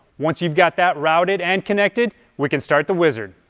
once you've got that routed and connected, we can start the wizard.